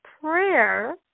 prayer